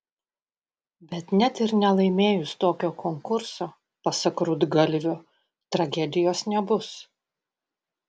bet net ir nelaimėjus tokio konkurso pasak rudgalvio tragedijos nebus